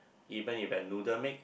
even if have noodle make